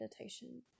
meditation